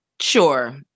sure